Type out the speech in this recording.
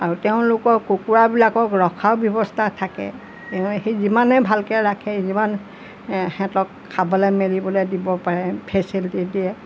আৰু তেওঁলোকক কুকুৰাবিলাকক ৰখাও ব্যৱস্থা থাকে এওঁ সেই যিমানে ভালকৈ ৰাখে যিমান সিহঁতক খাবলৈ মেলিবলৈ দিব পাৰে ফেচিলিটি দিয়ে